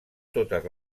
totes